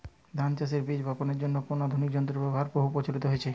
ধান চাষের বীজ বাপনের জন্য কোন আধুনিক যন্ত্রের ব্যাবহার বহু প্রচলিত হয়েছে?